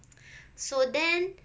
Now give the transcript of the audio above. so then